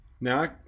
Now